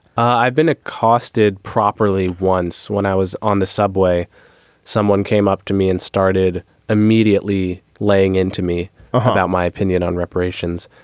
i've been accosted properly once when i was on the subway someone came up to me and started immediately laying into me about my opinion on reparations.